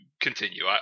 continue